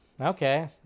okay